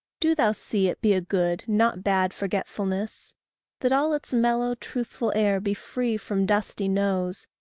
do thou see it be a good, not bad forgetfulness that all its mellow, truthful air be free from dusty noes,